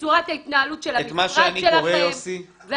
בצורת ההתנהלות של המשרד שלכם -- את מה שאני קורא יוסי